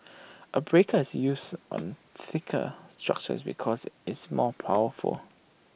A breaker is used on thicker structures because it's more powerful